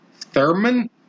Thurman